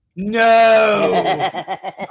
No